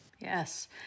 yes